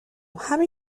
همین